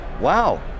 Wow